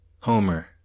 Homer